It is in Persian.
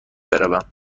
بروم